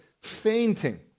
fainting